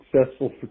successful